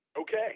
Okay